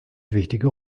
wichtige